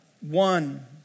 one